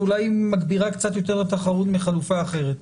אולי היא מגבירה קצת את התחרות יותר מחלופה אחרת,